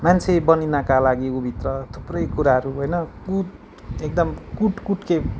मान्छे बनिनका लागि उभित्र थुप्रै कुराहरू होइन कुट एकदम कुटकुटके